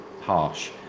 harsh